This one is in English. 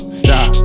stop